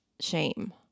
shame